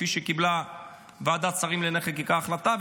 כפי שקיבלה ועדת השרים לענייני חקיקה החלטה.